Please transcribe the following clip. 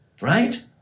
right